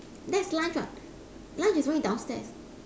that's lunch [what] lunch is only downstairs